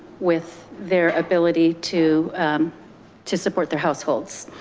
with their ability to to support their households.